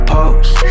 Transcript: post